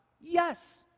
yes